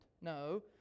No